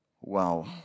Wow